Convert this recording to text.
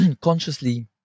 consciously